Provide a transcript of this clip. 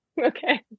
Okay